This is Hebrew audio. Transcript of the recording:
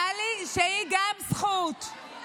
טלי, שהיא גם זכות.